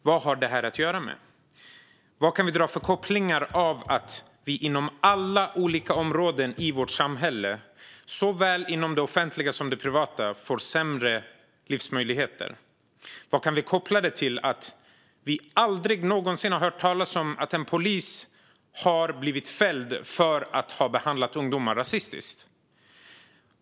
Vad har det att göra med? Vad kan vi dra för slutsatser av att vi inom alla olika områden i vårt samhälle, såväl inom det offentliga som inom det privata, får sämre livsmöjligheter? Vad kan vi koppla det till att vi aldrig någonsin har hört talas om att en polis har blivit fälld för att ha behandlat ungdomar rasistiskt?